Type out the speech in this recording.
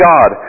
God